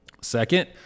Second